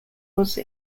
was